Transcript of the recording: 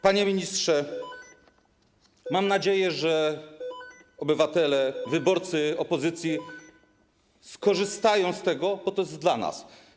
Panie ministrze, mam nadzieję, że obywatele, wyborcy opozycji skorzystają z tego, bo to jest dla nas.